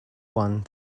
one